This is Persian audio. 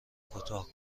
کوتاه